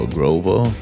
Grover